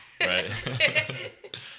Right